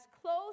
close